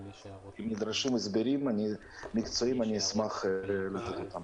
אם נדרשים הסברים מקצועיים אשמח לתת.